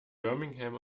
birmingham